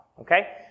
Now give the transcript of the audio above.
okay